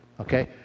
Okay